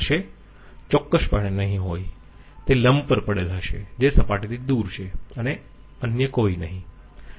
ચોક્કસ પણે નહીં હોય તે લંબ પર પડેલ હશે જે સપાટીથી દૂર છે અને અન્ય કોઈ નહીં